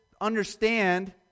understand